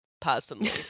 personally